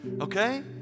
okay